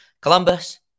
Columbus